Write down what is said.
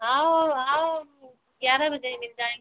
आओ और आओ ग्यारह बजे ही मिल जाएँगे